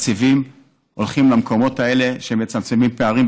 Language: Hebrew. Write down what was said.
התקציבים הולכים למקומות האלה, שמצמצמים פערים.